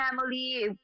family